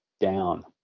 down